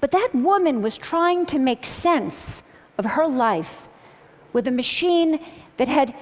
but that woman was trying to make sense of her life with a machine that had